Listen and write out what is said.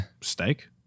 Steak